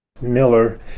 Miller